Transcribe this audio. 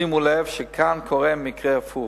שימו לב שכאן קורה מקרה הפוך.